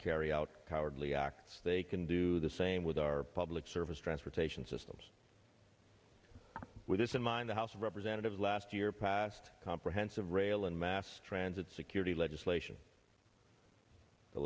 carry out cowardly acts they can do the same with our public service transportation systems with this in mind the house of representatives last year passed comprehensive rail and mass transit security legislation the